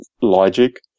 logic